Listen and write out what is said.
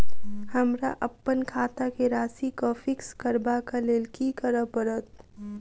हमरा अप्पन खाता केँ राशि कऽ फिक्स करबाक लेल की करऽ पड़त?